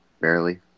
Barely